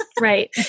Right